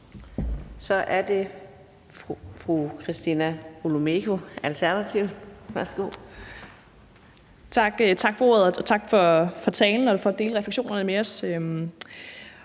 Kl. 15:15 Christina Olumeko (ALT): Tak for ordet, og tak for talen og for at dele refleksionerne med os.